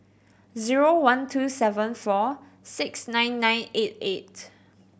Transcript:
zero one two seven four six nine nine eight eight